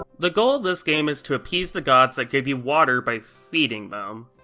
the goal of this game is to appease the gods that give you water by. feeding them.